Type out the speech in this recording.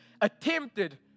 attempted